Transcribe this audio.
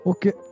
Okay